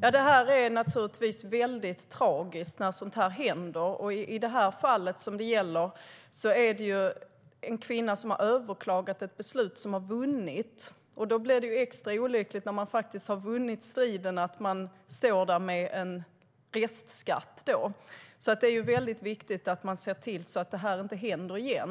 Det är naturligtvis väldigt tragiskt när det händer sådant här. I det aktuella fallet var det en kvinna som hade överklagat ett beslut och där överklagandet hade bifallits. När man har vunnit striden blir det extra olyckligt att få restskatt. Det är väldigt viktigt att se till att detta inte händer igen.